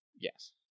Yes